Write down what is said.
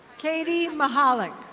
katie mahalik.